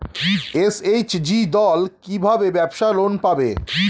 SHG দল কী ভাবে ব্যাবসা লোন পাবে?